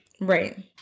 Right